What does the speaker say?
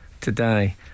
today